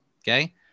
Okay